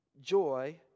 Joy